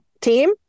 team